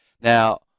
Now